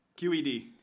QED